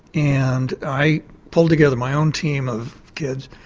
and i pulled together my own team of kids